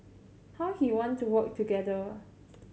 how he want to work together